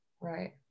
right